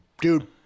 Dude